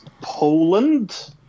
Poland